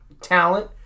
talent